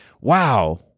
wow